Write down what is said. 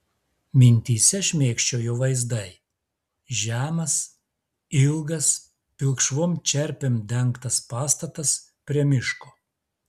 mintyse šmėkščiojo vaizdai žemas ilgas pilkšvom čerpėm dengtas pastatas prie miško